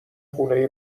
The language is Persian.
خونه